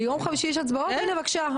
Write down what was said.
הנה בבקשה,